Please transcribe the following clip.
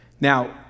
Now